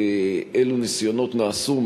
אילו ניסיונות נעשו,